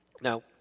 Now